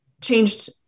changed